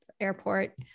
airport